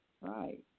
Right